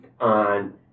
on